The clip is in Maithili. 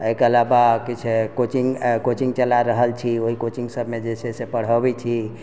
अइके अलावा किछु कोचिंग अऽ कोचिंग चला रहल छी ओइ कोचिंग सभमे जे छै से पढ़बै छी